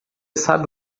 sabe